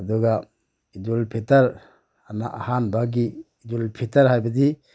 ꯑꯗꯨꯒ ꯏꯗꯨꯜ ꯐꯤꯇꯔ ꯍꯥꯏꯅ ꯑꯍꯥꯟꯕꯒꯤ ꯏꯗꯨꯜꯐꯤꯇꯔ ꯍꯥꯏꯕꯗꯤ